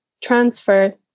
transfer